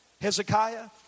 Hezekiah